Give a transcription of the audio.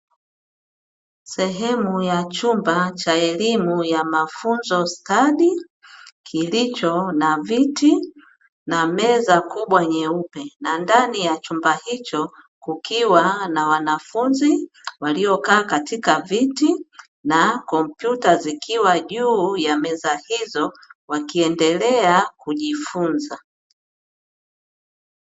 Sehemu ya chumba cha elimu ya mafunzo stadi kilicho na viti na meza kubwa nyeupe, na ndani ya chumba hiko kukiwa na wanafunzi waliokaa katika viti na kompyuta zikiwa juu ya meza hizo wakiendelea kujifunza.